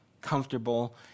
comfortable